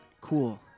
cool